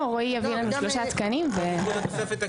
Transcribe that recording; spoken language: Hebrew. לא, רועי יביא לנו שלושה תקנים, מעולה.